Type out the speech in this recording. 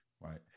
right